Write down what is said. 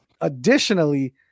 Additionally